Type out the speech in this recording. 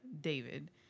David